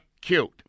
cute